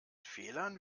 fehlern